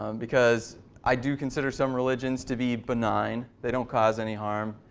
um because i do consider some religions to be benign. they don't cause any harm.